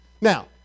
Now